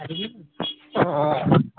অঁ অঁ